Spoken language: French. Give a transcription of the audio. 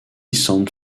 semble